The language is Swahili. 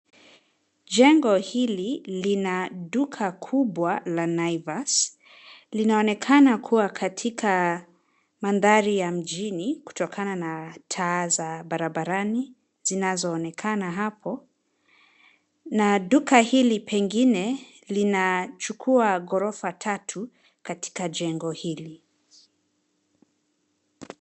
Jengo hili lina duka kubwa la Naivas. Linaonekana kuwa katika madhari ya mjini kutokana na taa za barabarani zinazoonekana hapo, na duka hili pengine linachukua ghorofa tatu katika jengo hili.